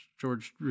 George